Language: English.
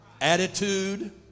Attitude